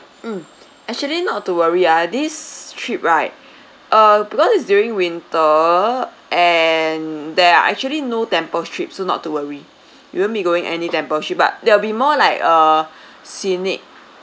mm actually not to worry ah this trip right uh because it's during winter and there are actually no temple trips so not to worry you won't be going any temple trip but there will be more like uh scenic